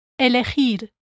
Elegir